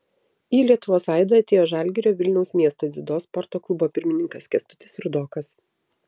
į lietuvos aidą atėjo žalgirio vilniaus miesto dziudo sporto klubo pirmininkas kęstutis rudokas